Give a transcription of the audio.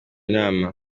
nama